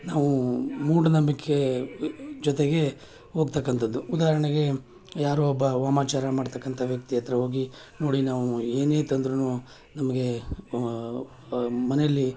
ನಾವೂ ಮೂಢನಂಬಿಕೆ ಜೊತೆಗೆ ಹೋಗ್ತಕ್ಕಂಥದ್ದು ಉದಾಹರಣೆಗೆ ಯಾರೋ ಒಬ್ಬ ವಾಮಾಚಾರ ಮಾಡ್ತಕ್ಕಂಥ ವ್ಯಕ್ತಿ ಹತ್ರ ಹೋಗಿ ನೋಡಿ ನಾವು ಏನೇ ತಂದ್ರೂ ನಮಗೆ ಮನೆಯಲ್ಲಿ